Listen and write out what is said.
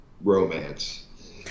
romance